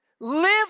Live